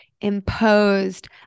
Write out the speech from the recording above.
imposed